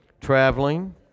traveling